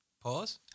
Pause